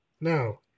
now